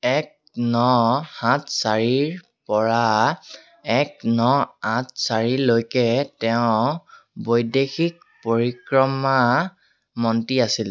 এক ন সাত চাৰিৰপৰা এক ন আঠ চাৰিলৈকে তেওঁ বৈদেশিক পৰিক্ৰমা মন্ত্ৰী আছিল